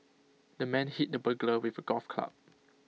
the man hit the burglar with A golf club